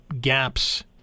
gaps